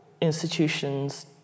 institutions